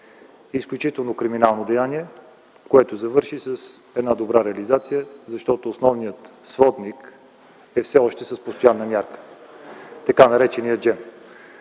изключително криминално деяние, което завърши с една добра реализация, защото основният сводник е все още с постоянна мярка, т. нар. Джем.